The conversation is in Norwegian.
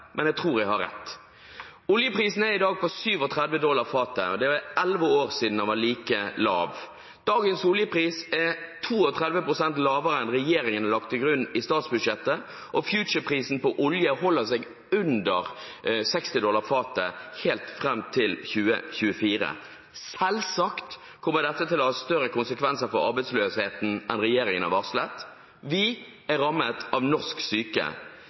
men jeg tror jeg har rett. Oljeprisen er i dag på 37 dollar fatet. Det er elleve år siden den var like lav. Dagens oljepris er 32 pst. lavere enn regjeringen har lagt til grunn i statsbudsjettet, og futureprisen på olje holder seg under 60 dollar fatet helt fram til 2024. Selvsagt kommer dette til å ha større konsekvenser for arbeidsløsheten enn regjeringen har varslet. Vi er rammet av norsk syke